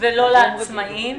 ולא לעצמאים.